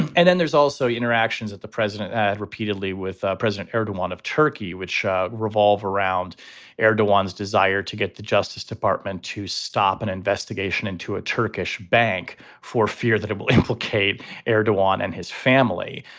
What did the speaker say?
and and then there's also interactions that the president had repeatedly with president erdogan of turkey, which revolve around erdogan's desire to get the justice department to stop an investigation into a turkish bank for fear that it will implicate erdogan and his family.